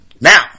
Now